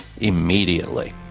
immediately